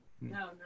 No